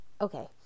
okay